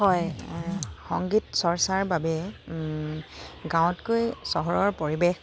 হয় সংগীত চৰ্চাৰ বাবে গাঁৱতকৈ চহৰৰ পৰিৱেশ